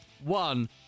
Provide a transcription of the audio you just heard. one